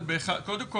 קודם כל,